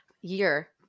year